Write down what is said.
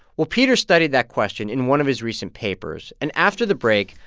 well, peter studied that question in one of his recent papers. and after the break,